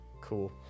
Cool